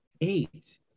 eight